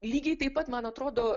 lygiai taip pat man atrodo